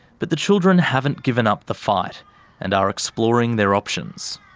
but the children haven't given up the fight and are exploring their options.